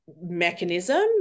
mechanism